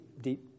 deep